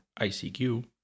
ICQ